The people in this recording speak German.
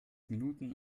minuten